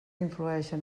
influeixen